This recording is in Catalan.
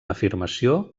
afirmació